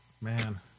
Man